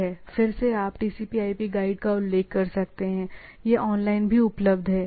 फिर से आप TCPIP गाइड का उल्लेख कर सकते हैं यह ऑनलाइन भी उपलब्ध है